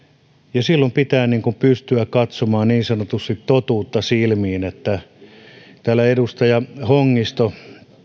ja silloin pitää pystyä katsomaan niin sanotusti totuutta silmiin täällä edustaja hongisto